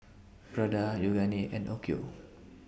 Prada Yoogane and Onkyo